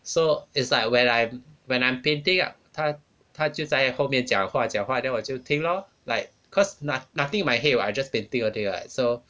so it's like when I'm when I'm painting ah 他他就在后面讲话讲话 then 我就听 lor like cause not~ nothing in my head [what] I just painting only [what]